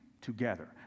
together